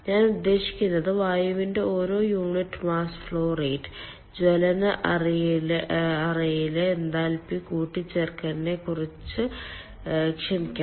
ഞാൻ ഉദ്ദേശിക്കുന്നത് വായുവിന്റെ ഓരോ യൂണിറ്റ് മാസ് ഫ്ലോ റേറ്റ് ജ്വലന അറയിലെ എൻതാൽപ്പി കൂട്ടിച്ചേർക്കലിനെക്കുറിച്ച് ക്ഷമിക്കണം